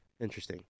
interesting